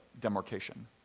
demarcation